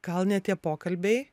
gal ne tie pokalbiai